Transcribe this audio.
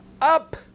up